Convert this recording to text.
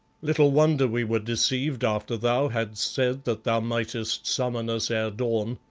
little wonder we were deceived after thou hadst said that thou mightest summon us ere dawn.